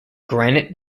granite